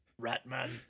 Ratman